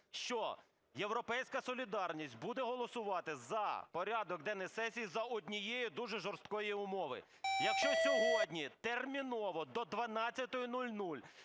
що "Європейська солідарність" буде голосувати за порядок денний сесії за однією дуже жорсткої умови: якщо сьогодні терміново до 12:00